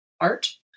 art